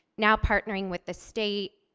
now partnering with the state.